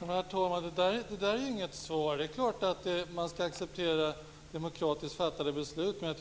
Herr talman! Det där är inget svar. Det är klart att man skall acceptera demokratiskt fattade beslut. Men